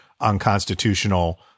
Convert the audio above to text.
unconstitutional